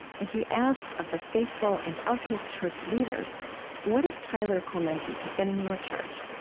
and he asked, of the faithful and of his church leaders what if tyler clementi had been in your church?